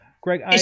Greg